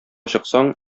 чыксаң